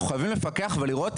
אנחנו חייבים לפקח ולראות.